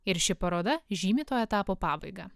ir ši paroda žymi to etapo pabaigą